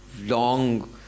long